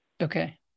Okay